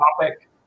topic